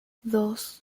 dos